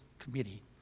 Committee